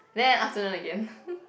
then afternoon again